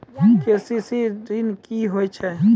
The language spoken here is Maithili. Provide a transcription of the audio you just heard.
के.सी.सी ॠन की होय छै?